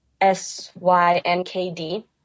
S-Y-N-K-D